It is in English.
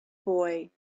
boy